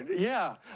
yeah.